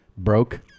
broke